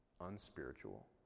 unspiritual